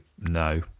no